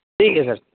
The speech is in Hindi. ठीक है सर